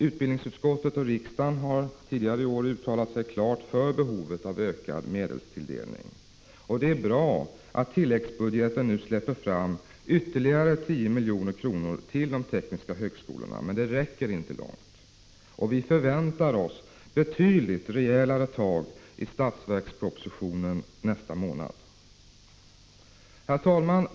Utbildningsutskottet och riksdagen har tidigare i år klart uttalat att det finns behov av ökad medelstilldelning. Det är bra att tilläggsbudgeten nu släpper fram ytterligare 10 milj.kr. till de tekniska högskolorna. Men det räcker inte långt. Vi förväntar oss betydligt rejälare tag i budgetpropositionen nästa månad. Herr talman!